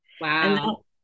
Wow